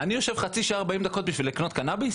אני יושב 40-30 דקות בשביל לקנות קנביס?